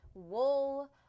wool